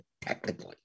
technically